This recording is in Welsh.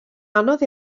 anodd